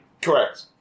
Correct